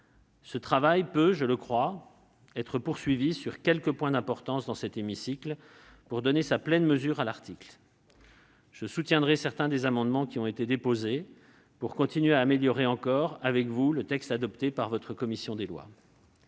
tel travail peut, je le crois, être poursuivi dans cet hémicycle sur quelques points d'importance, pour donner sa pleine mesure à l'article. Je soutiendrai certains des amendements qui ont été déposés pour contribuer à améliorer encore, avec vous, le texte adopté par la commission des lois.